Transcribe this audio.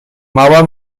mała